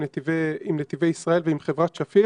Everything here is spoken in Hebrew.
עם נתיבי ישראל ועם חברת שפיר